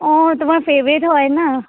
অঁ তোমাৰ ফেভৰেট হয় ন